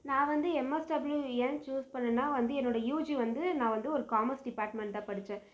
நான் வந்து எம்எஸ்டபுள்யூ ஏன் சூஸ் பண்ணேன்னா வந்து என்னோட யூஜி வந்து நான் வந்து ஒரு காமர்ஸ் டிபார்ட்மென்ட்தான் படிச்சேன்